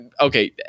okay